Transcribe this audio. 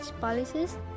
policies